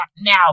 now